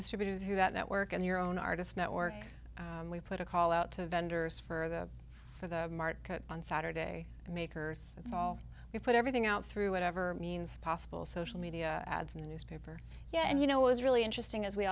distributed through that network and your own artist network we put a call out to the vendors for the for the market on saturday makers it's all we put everything out through whatever means possible social media ads in the newspaper yeah and you know it was really interesting as we